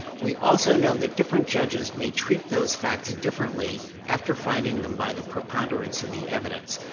we also know that different judges may treat those facts differently after finding them by the preponderance of the evidence.